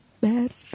bad